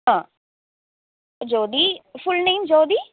ആ Jyoti full name ജ്യോതി